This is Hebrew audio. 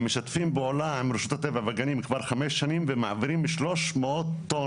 הם משתפים פעולה עם רשות הטבע והגנים כבר חמש שנים ומעבירים 300 טון,